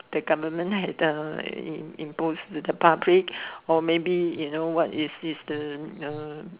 the government had uh impose to the public or maybe you know what is the uh